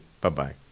Bye-bye